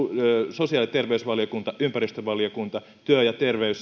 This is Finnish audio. sosiaali ja terveysvaliokunta ympäristövaliokunta työ ja